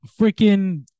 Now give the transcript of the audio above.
freaking